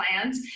plans